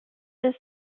this